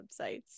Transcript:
websites